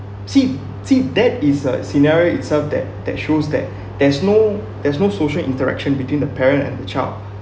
see see that is a scenario itself that that shows that there's no there's no social interaction between the parents and the child